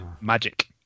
Magic